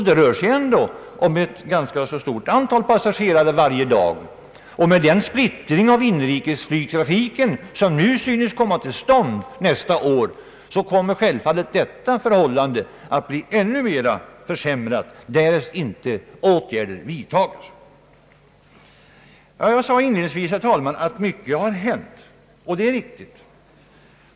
Det rör sig om ett ganska stort antal passagerare per dag, och med den splittring av inrikesflygtrafiken som synes komma till stånd nästa år, kommer självfallet detta förhållande att bli ännu mera försämrat ifall inte åtgärder vidtages. Jag sade inledningsvis, herr talman, att mycket har hänt, och det är riktigt.